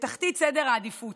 לתחתית סדר העדיפות,